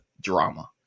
drama